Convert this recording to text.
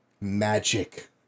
Magic